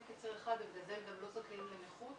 כציר אחד ובגלל זה הם גם לא זכאים לנכות.